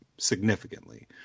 Significantly